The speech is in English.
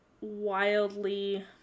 wildly